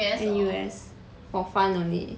N_U_S for fun only